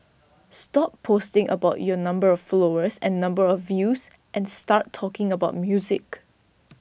stop posting about your number of followers and number of views and start talking about music